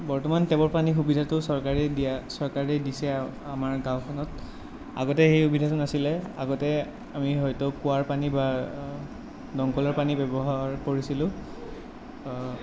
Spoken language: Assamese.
বৰ্তমান টেপৰ পানী সুবিধাতো চৰকাৰে দিয়া চৰকাৰে দিছে আমাৰ গাঁওখনত আগতে সেই সুবিধাটো নাছিলে আগতে আমি হয়তো কোৱাৰ পানী বা দমকলৰ পানী ব্যৱহাৰ কৰিছিলোঁ